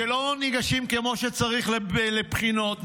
שלא ניגשים כמו שצריך לבחינות,